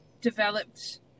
developed